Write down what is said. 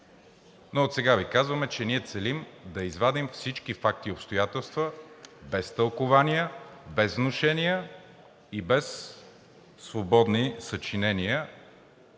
но отсега Ви казваме, че ние целим да извадим всички факти и обстоятелства без тълкувания, без внушения и без свободни съчинения